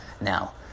now